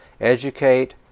educate